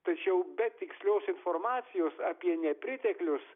tačiau be tikslios informacijos apie nepriteklius